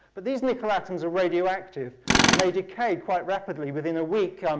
but these nickel atoms are radioactive and they decay quite rapidly. within a week,